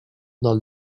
del